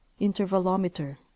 Intervalometer